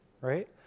right